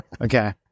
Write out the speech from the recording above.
Okay